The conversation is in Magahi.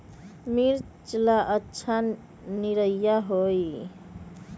मिर्च ला अच्छा निरैया होई?